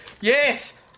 Yes